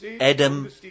Adam